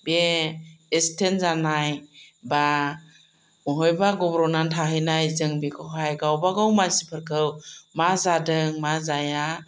बे एक्सिडेन्ट जानाय एबा बबेबा गब्र'नानै थाहैनाय जों बेखौहाय गावबा गाव मानसिफोरखौ मा जादों मा जाया